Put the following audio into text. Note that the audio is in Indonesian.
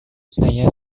saya